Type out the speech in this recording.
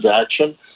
action